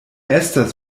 estas